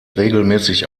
regelmäßig